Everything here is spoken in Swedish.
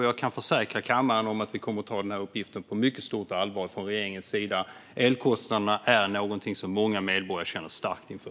Jag kan försäkra kammaren att vi kommer att ta denna uppgift på mycket stort allvar från regeringens sida. Elkostnaderna är någonting som många medborgare känner starkt inför.